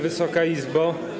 Wysoka Izbo!